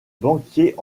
banquier